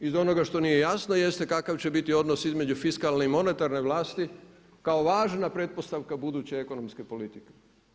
Iz onoga što nije jasno jeste kakav će biti odnos između fiskalne i monetarne vlasti kao važna pretpostavka buduće ekonomske politike.